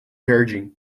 jardim